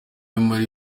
muri